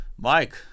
Mike